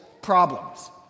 problems